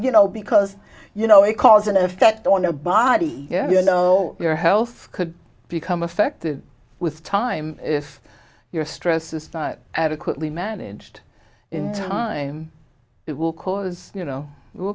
you know because you know it cause and effect want to body yeah you know your health could become affected with time if your stress is adequately managed in time it will cause you know will